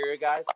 guys